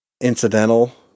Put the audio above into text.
incidental